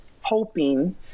hoping